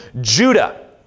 Judah